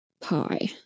Pie